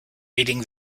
reading